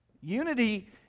Unity